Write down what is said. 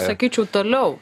sakyčiau toliau